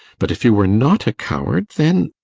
but if you were not a coward, then?